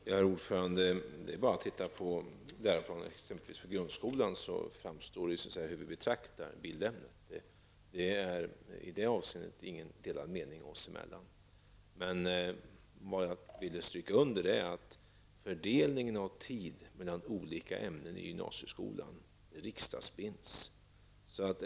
Herr talman! Det är bara att titta på läroplanen för exempelvis grundskolan, där framstår hur vi betraktar bildämnet. I det avseendet finns inga delade meningar oss emellan. Det jag vill stryka under är att fördelningen av tid mellan olika ämnen i gymnasieskolan riksdagsbinds.